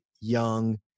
young